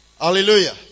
Hallelujah